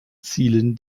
zielen